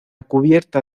cubierta